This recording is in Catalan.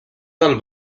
del